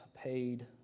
paid